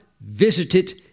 visited